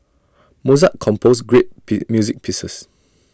Mozart composed great music pieces